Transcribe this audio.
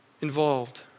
involved